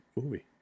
movie